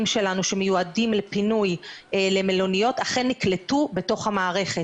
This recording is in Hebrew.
שלנו שמיועדים לפינוי למלוניות אכן נקלטו בתוך המערכת.